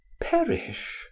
perish